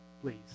please